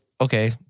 okay